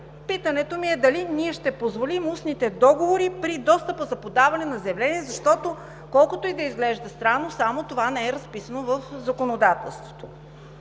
Питането ми е: ще позволим ли устните договори при достъпа до подаване на заявления? Колкото и да изглежда странно, само това не е разписано в законодателството.